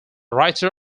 writer